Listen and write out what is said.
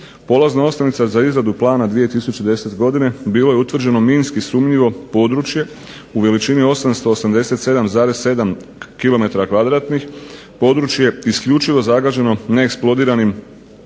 Polazna osnovica za izradu plana 2010. godine bilo je utvrđeno minski sumnjivo područje u veličini 887,7 km2, područje isključivo zagađeno neeksplodiranim ubojnim